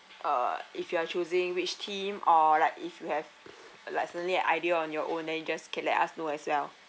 uh if you are choosing which theme or like if you have uh like suddenly you have idea on your own then you just can let us know as well